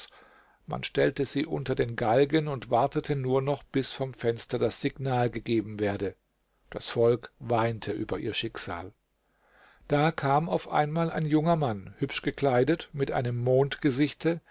man stellte sie unter den galgen und wartete nur noch bis vom fenster das signal gegeben werde das volk weinte über ihr schicksal da kam auf einmal ein junger mann hübsch gekleidet mit einem